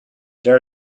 there